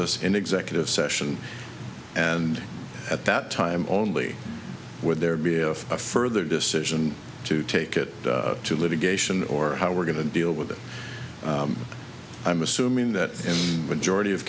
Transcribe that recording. us in executive session and at that time only would there be a further decision to take it to litigation or how we're going to deal with it i'm assuming that in the majority of